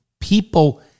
people